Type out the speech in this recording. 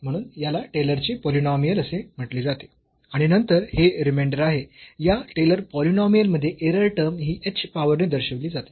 म्हणून याला टेलरचे पॉलिनॉमियल असे म्हटले जाते आणि नंतर हे रिमेंडर आहे या टेलर पॉलिनॉमियलमध्ये एरर टर्म ही h पॉवर ने दर्शविली जाते